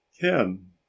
ken